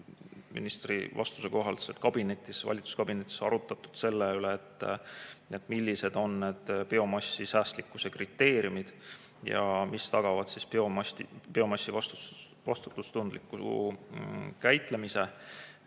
ministri vastuse kohaselt valitsuskabinetis arutatud selle üle, millised on biomassi säästlikkuse kriteeriumid ja mis tagavad biomassi vastutustundliku käitlemise